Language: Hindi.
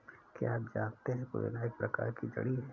क्या आप जानते है पुदीना एक प्रकार की जड़ी है